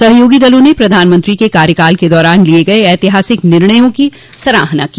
सहयोगी दलों ने प्रधानमंत्री के कार्यकाल के दौरान लिए गए ऐतिहासिक निर्णयों की सराहना की